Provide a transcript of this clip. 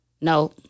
No